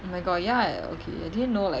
oh my god ya eh okay I didn't know like